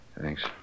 Thanks